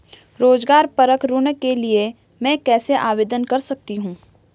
रोज़गार परक ऋण के लिए मैं कैसे आवेदन कर सकतीं हूँ?